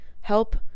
help